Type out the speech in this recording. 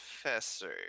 professor